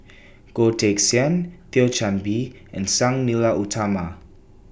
Goh Teck Sian Thio Chan Bee and Sang Nila Utama